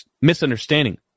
misunderstanding